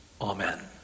Amen